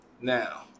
Now